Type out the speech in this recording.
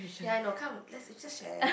ya I know come let's just share